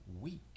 week